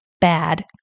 bad